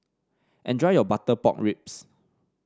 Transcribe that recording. enjoy your Butter Pork Ribs